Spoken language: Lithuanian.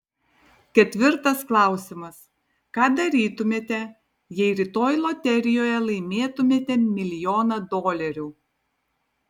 ketvirtas klausimas ką darytumėte jei rytoj loterijoje laimėtumėte milijoną dolerių